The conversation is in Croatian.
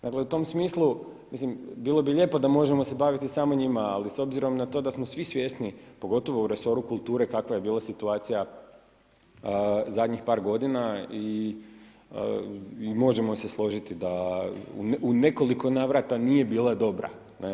Dakle u tom smislu bilo bi lijepo da se možemo baviti samo njima, ali s obzirom da smo svi svjesni pogotovo u resoru kulture kakva je bila situacija zadnjih par godina i možemo se složiti da u nekoliko navrata nije bila dobra.